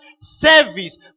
service